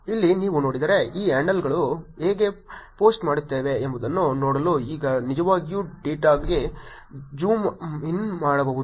ಇಲ್ಲಿ ನೀವು ನೋಡಿದರೆ ಈ ಹ್ಯಾಂಡಲ್ಗಳು ಹೇಗೆ ಪೋಸ್ಟ್ ಮಾಡುತ್ತಿವೆ ಎಂಬುದನ್ನು ನೋಡಲು ನೀವು ನಿಜವಾಗಿಯೂ ಡೇಟಾಗೆ ಜೂಮ್ ಇನ್ ಮಾಡಬಹುದು